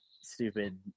stupid